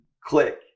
click